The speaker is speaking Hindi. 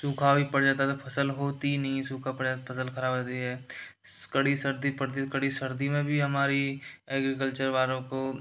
सूखा भी पड़ जाता तो फसल होती ही नी सूखा पड़े फसल ख़राब हो जाती है कड़ी सर्दी पड़ती तो कड़ी सर्दी में भी हमारी एग्रीकल्चर वालों को